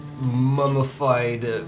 mummified